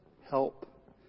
help